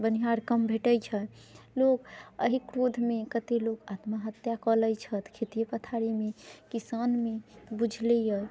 बोनिहार कम भेटै छै लोक अहि क्रोधमे कते लोक आत्महत्या कऽ लै छथि खेतीये पथारीमे किसानमे बुझले यऽ